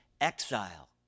exile